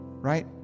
right